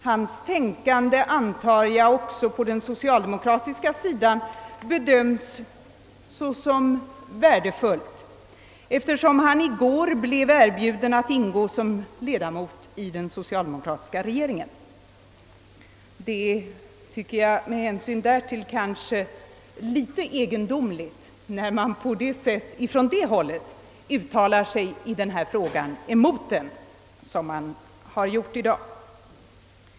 Hans tänkande bedöms, antar jag, såsom värdefullt även på socialdemokratiskt håll, eftersom han i går blev erbjuden att ingå som ledamot i den socialdemokratiska regeringen. Med hänsyn därtill är det kanske litet egendomligt när man från det hållet uttalar sig emot denna fråga på sätt som man gjort i dag.